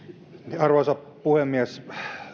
arvoisa puhemies